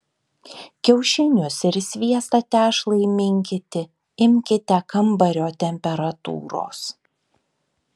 kiaušinius ir sviestą tešlai minkyti imkite kambario temperatūros